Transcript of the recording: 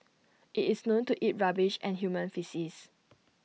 IT is known to eat rubbish and human faeces